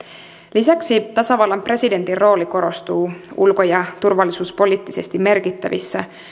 lisäksi tasavallan presidentin rooli korostuu ulko ja turvallisuuspoliittisesti merkittävissä